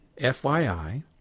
FYI